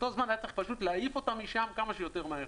באותו זמן פשוט היה צריך להעיף אותם משם כמה שיותר מהר.